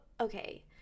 okay